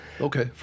Okay